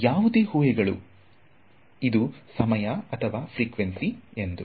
ಯಾವುದೇ ಊಹೆಗಳು ಇದು ಸಮಯ ಅಥವಾ ಫ್ರಿಕ್ವೆನ್ಸಿ ಎಂದು